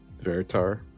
Veritar